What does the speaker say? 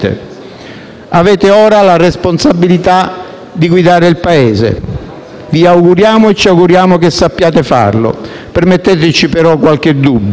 Avete ora la responsabilità di guidare il Paese: vi auguriamo e ci auguriamo che sappiate farlo. Permetteteci però qualche dubbio,